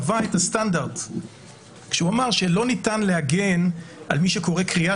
קבע את הסטנדרט כשהוא אמר שלא ניתן להגן על מי שקורא קריאה